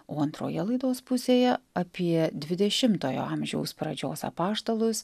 o antroje laidos pusėje apie dvidešimtojo amžiaus pradžios apaštalus